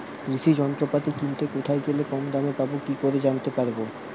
কৃষি যন্ত্রপাতি কিনতে কোথায় গেলে কম দামে পাব কি করে জানতে পারব?